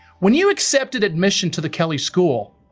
when you accepted admission to the kelley school,